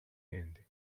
end